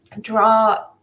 draw